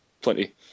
plenty